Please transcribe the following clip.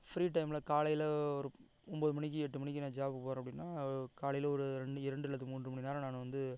free டைம்ல காலையில் ஒரு ஒம்பது மணிக்கு எட்டு மணிக்கு நான் ஜாப்புக்கு போகறேன் அப்படின்னா காலையில் ஒரு ரெண்டு இரண்டு அல்லது மூன்று மணிநேரம் நான் வந்து